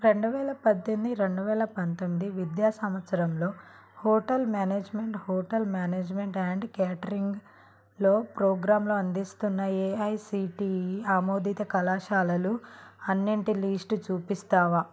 రెండు వేల పద్దెమినిది రెండు వేల పంతొమ్ది విద్యా సంవత్సరంలో hotel management hotel management and కేటరింగ్లో ప్రోగ్రాంల అందిస్తున్న ఏఐసిటిఈ ఆమోదిత కళాశాలలు అన్నింటి లిస్టు చూపిస్తావా